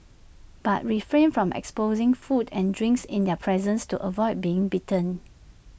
but refrain from exposing food and drinks in their presence to avoid being bitten